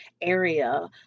area